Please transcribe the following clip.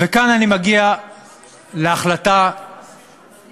וכאן אני מגיע להחלטה השערורייתית